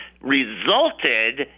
resulted